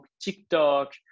TikTok